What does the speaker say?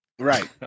Right